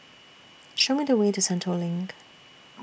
Show Me The Way to Sentul LINK